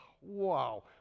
wow